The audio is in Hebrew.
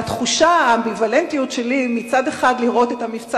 והתחושה האמביוולנטית שלי היא מצד אחד לראות את המבצע